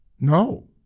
No